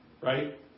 Right